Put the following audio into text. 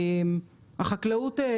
החקלאות,